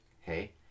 Hey